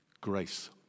Grace